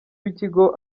w’ikigo